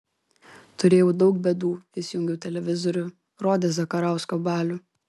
turėjau daug bėdų įsijungiau televizorių rodė zakarausko balių